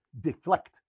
deflect